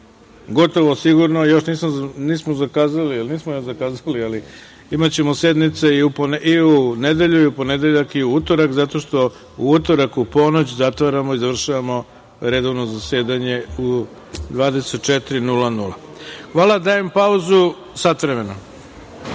gotovo sigurno, još nismo zakazali, ali imaćemo sednice i u nedelju i u ponedeljak i u utorak, zato što u utorak u ponoć zatvaramo i završavamo redovno zasedanje u 24.00 časova. Sada dajem pauzu od